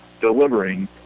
delivering